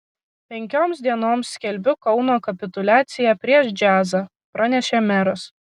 penkioms dienoms skelbiu kauno kapituliaciją prieš džiazą pranešė meras